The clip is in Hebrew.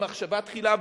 במחשבה תחילה.